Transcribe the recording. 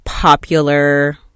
popular